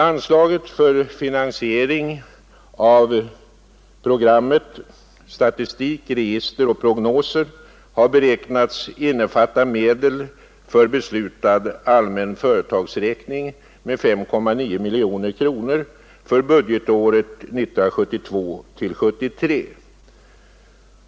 Anslaget för finansiering av programmet Statistik, register och prognoser har beräknats innefatta medel för beslutad allmän företagsräkning med 5,9 miljoner kronor för budgetåret 1972/73.